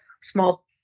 small